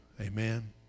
Amen